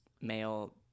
male